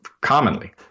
commonly